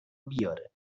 بیاره